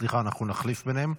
סליחה, נחליף ביניהם.